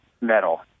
metal